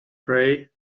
pray